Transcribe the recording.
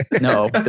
no